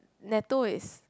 natto is